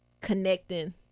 connecting